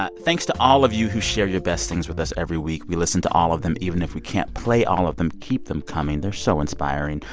ah thanks to all of you who share your best things with us every week. we listen to all of them, even if we can't play all of them. keep them coming. they're so inspiring.